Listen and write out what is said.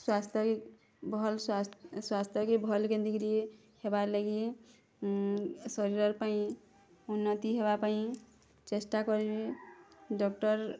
ସ୍ୱାସ୍ଥ୍ୟ ହି ଭଲ୍ ସ୍ୱାସ୍ଥ୍ୟକେ ଭଲ୍ କେନ୍ତି କିରି ହେବାର୍ ଳାଗି ଶରାର ପାଇଁ ଉନ୍ନତି ହବାପାଇଁ ଚେଷ୍ଟା କରିବି ଡ଼କ୍ଟର୍